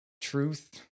truth